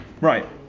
Right